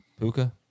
Puka